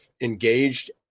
engaged